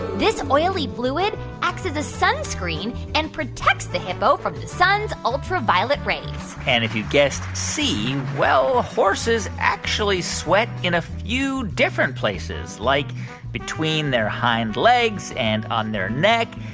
this oily fluid acts as a sunscreen and protects the hippo from the sun's ultraviolet rays and if you guessed c, well, horses actually sweat in a few different places, like between their hind legs and on their neck.